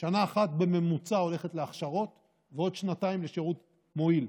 שנה אחת בממוצע הולכת להכשרות ועוד שנתיים לשירות מועיל.